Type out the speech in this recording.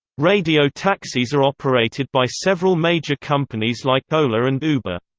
radio taxis are operated by several major companies like ola and uber